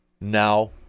now